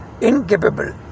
incapable